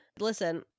listen